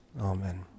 Amen